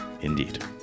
Indeed